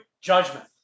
judgment